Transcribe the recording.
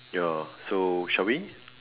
ya so shall we